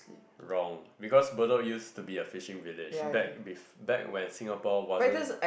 wrong because Bedok used to be fishing village back bef~ back when Singapore wasn't